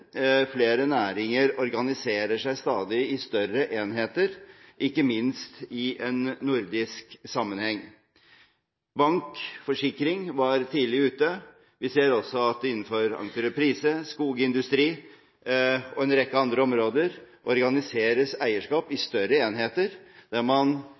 Flere næringer organiserer seg stadig i større enheter, ikke minst i en nordisk sammenheng. Bank og forsikring var tidlig ute. Vi ser også at det innenfor entreprise, skogsindustri og en rekke andre områder, organiseres eierskap i større enheter der man